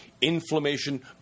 inflammation